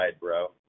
bro